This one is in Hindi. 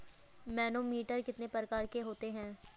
मैनोमीटर कितने प्रकार के होते हैं?